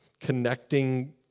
connecting